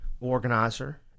organizer